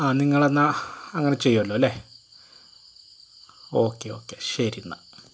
ആ നിങ്ങളെന്നെ അങ്ങനെ ചെയ്യൂല്ലല്ലെ ഓക്കെ ഓക്കെ ശരിയെന്നാൽ